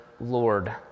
Lord